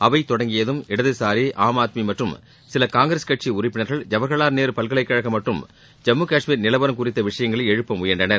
அவை தொடங்கியதும் இடதுசாரி ஆம் ஆத்மி மற்றும் சில காங்கிரஸ் கட்சி உறுப்பினர்கள் ஜவஹர்லால் நேரு பல்கலைக் கழகம் மற்றும் ஜம்மு காஷ்மீர் நிலவரம் குறித்த விஷயங்களை எழுப்ப முயன்றனர்